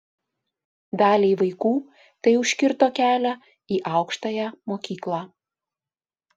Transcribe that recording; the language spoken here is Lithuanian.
daliai vaikų tai užkirto kelią į aukštąją mokyklą